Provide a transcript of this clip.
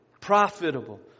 profitable